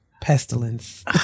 pestilence